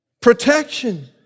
protection